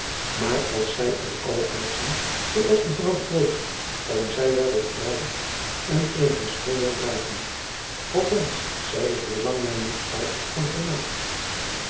maar als zij er alle uitzien zoo als mevrouw de groot vallen zij wel wat bruin en kunnen haar schoon wel dragen althans zij is bij lang na niet fraai van gelaat